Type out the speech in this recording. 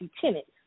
tenants